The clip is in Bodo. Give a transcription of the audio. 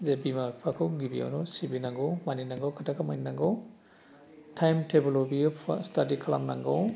जे बिमा बिफाखौ गिबियावनो सिबिनांगौ मानिनांगौ खोथाखौ मानिनांगौ टाइम टेबलआव बियो फुङाव स्टाडि खालामनांगौ